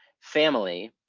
family,